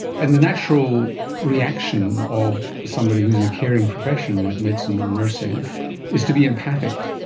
and the natural reaction of somebody who's in a caring profession like medicine or nursing is to be empathic.